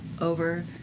over